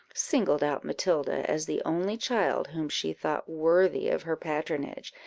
singled out matilda as the only child whom she thought worthy of her patronage,